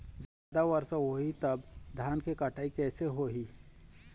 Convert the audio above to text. जादा वर्षा होही तब धान के कटाई कैसे होही?